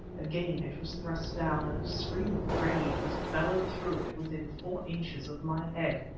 again it was thrust down, and a scream of rage was bellowed through it within four inches of my head.